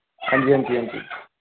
हां जी हां जी हां जी